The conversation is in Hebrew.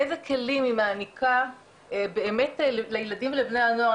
איזה כלים היא מעניקה באמת ילדים ולבני הנוער,